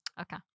Okay